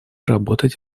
работать